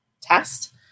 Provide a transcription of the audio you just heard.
test